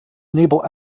enable